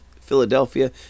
Philadelphia